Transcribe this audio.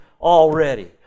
already